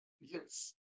yes